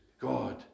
God